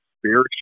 spiritual